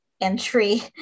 entry